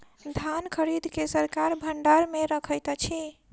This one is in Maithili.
धान खरीद के सरकार भण्डार मे रखैत अछि